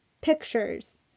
pictures